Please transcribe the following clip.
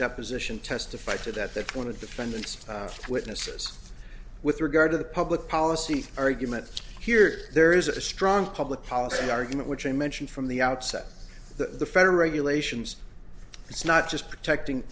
deposition testified to that that one of the defendants witnesses with regard to the public policy argument here there is a strong public policy argument which i mention from the outset that the federal regulations it's not just protecting